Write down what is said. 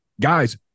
guys